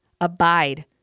abide